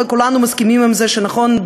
וכולנו מסכימים עם זה שנכון,